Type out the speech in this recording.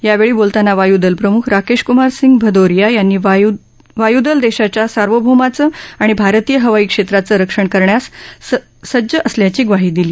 यावेळी बोलताना वायूदल प्रमुख राकेश कुमार सिंग भदौरिया यांनी भारतीय वायूदल देशाच्या सार्वभौमाचं आणि भारतीय हवाई क्षेत्राचं रक्षण करण्यास हवाई दल सज्ज असल्याची ग्वाही दिली